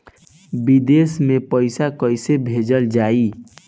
विदेश में पईसा कैसे भेजल जाई?